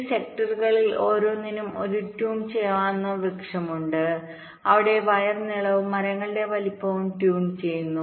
ഈ സെക്ടറുകളിൽ ഓരോന്നിനും ഒരു ട്യൂൺ ചെയ്യാവുന്ന വൃക്ഷമുണ്ട് അവിടെ വയർ നീളവും മരങ്ങളുടെ വലുപ്പവും ട്യൂൺ ചെയ്യുന്നു